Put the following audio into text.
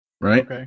Right